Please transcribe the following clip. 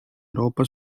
euroopa